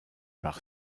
par